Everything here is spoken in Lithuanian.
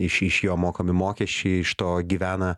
iš iš jo mokami mokesčiai iš to gyvena